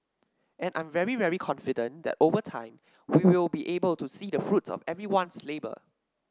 and I'm very very confident that over time we will be able to see the fruits of everyone's labour